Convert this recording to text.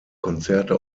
konzerte